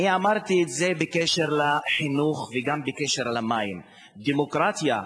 אני אמרתי את זה בקשר לחינוך וגם בקשר למים: דמוקרטיה,